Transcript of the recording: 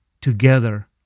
together